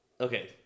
Okay